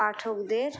পাঠকদের